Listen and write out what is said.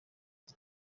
ngo